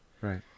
right